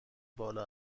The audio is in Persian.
بالا